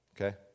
okay